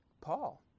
Paul